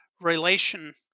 relation